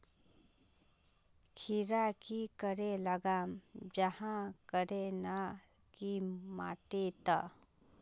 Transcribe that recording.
खीरा की करे लगाम जाहाँ करे ना की माटी त?